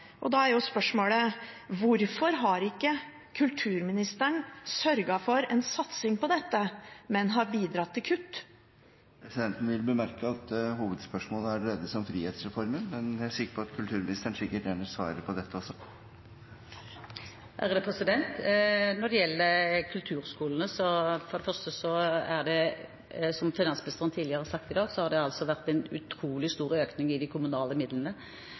Da er spørsmålet: Hvorfor har ikke kulturministeren sørget for en satsing på dette, men heller bidratt til kutt? Presidenten vil bemerke at hovedspørsmålet dreide seg om frihetsreformen, men han er helt sikker på at kulturministeren kjenner svaret på dette spørsmålet også. Når det gjelder kulturskolene, har det, som finansministeren har sagt tidligere i dag, vært en utrolig stor økning av de kommunale midlene